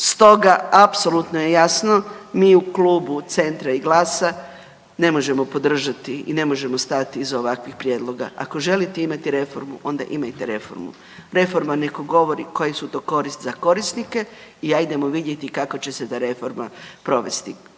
Stoga apsolutno je jasno mi u Klubu Centra i GLAS-a ne možemo podržati i ne možemo stati iza ovakvih prijedloga. Ako želite imati reformu onda imajte reformu. Reforma neka govori koje su to koristi za korisnike i ajdemo vidjeti kako će se ta reforma provesti.